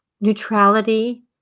Neutrality